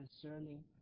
concerning